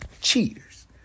Cheaters